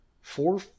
four